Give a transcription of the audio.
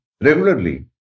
regularly